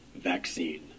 vaccine